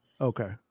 Okay